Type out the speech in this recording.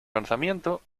lanzamiento